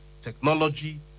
technology